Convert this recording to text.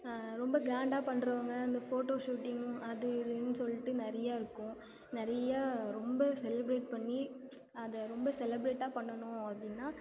ரொம்ப கிராண்டா பண்ணுறவங்க அந்த ஃபோட்டோ ஷூட்டிங் அது இதுன்னு சொல்லிட்டு நிறைய இருக்கும் நிறையா ரொம்ப செலிப்ரேட் பண்ணி அதை ரொம்ப செலிப்ரேட்டாக பண்ணணும் அப்படின்னா